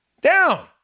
down